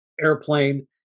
airplane